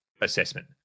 assessment